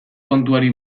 kontuari